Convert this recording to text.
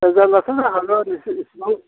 जाल्लायाथ' जाखागोन नोंसोर इसेबां